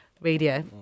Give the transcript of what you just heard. Radio